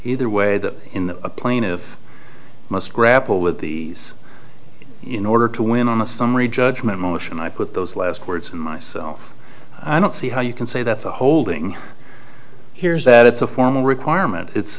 either way that in a plaintive most grapple with the us in order to win a summary judgment motion i put those last words in myself i don't see how you can say that's a holding here's that it's a formal requirement it's